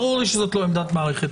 ברור לי שזו לא עמדת מערכת.